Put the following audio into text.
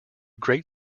great